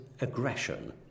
aggression